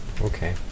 Okay